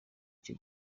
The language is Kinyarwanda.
icyo